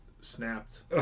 snapped